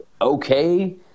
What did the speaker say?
okay